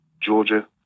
Georgia